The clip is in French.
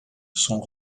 son